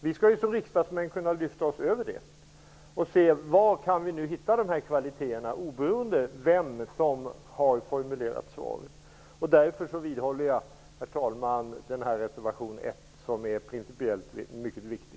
Vi skall som riksdagsmän kunna sätta oss över det och se var vi kan hitta kvaliteterna, oberoende av vem som har formulerat remissvaren. Herr talman! Därför vidhåller jag mitt yrkande om bifall till reservation 1 som är principiellt mycket viktig.